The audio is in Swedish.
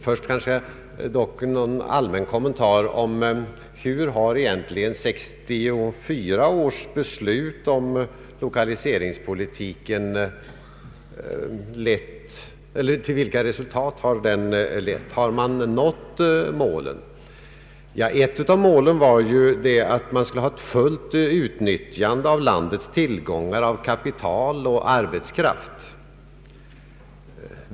Först dock en allmän kommentar till frågan om vilka resultat som 1964 års beslut om lokaliseringspolitiken egentligen lett till. Har man nått målsättningen? Ett av målen var att man skulle ha ett fullt utnyttjande av landets tillgångar av kapital och arbetskraft.